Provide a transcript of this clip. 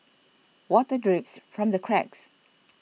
water drips from the cracks